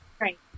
Right